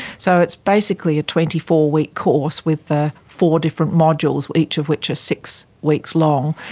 so it's basically a twenty four week course with ah four different modules, each of which are six weeks long,